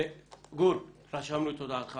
גור, רשמנו את הודעתך